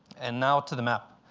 and now to the map.